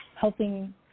helping